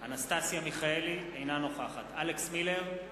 אנסטסיה מיכאלי, אינה נוכחת אלכס מילר,